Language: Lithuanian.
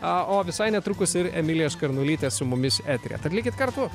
o visai netrukus ir emilijos skarnulytė su mumis eteryje tad likit kartu